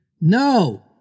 No